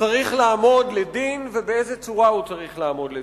צריך לעמוד לדין ובאיזו צורה הוא צריך לעמוד לדין.